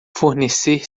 fornecer